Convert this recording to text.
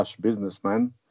businessman